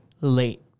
late